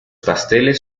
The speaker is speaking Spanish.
pasteles